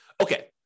Okay